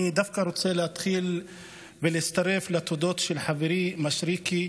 אני דווקא רוצה להתחיל ולהצטרף לתודות של חברי מישרקי.